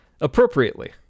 appropriately